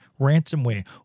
ransomware